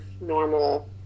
normal